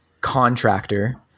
contractor